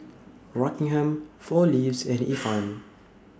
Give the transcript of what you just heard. Rockingham four Leaves and Ifan